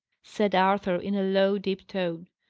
said arthur, in a low, deep tone.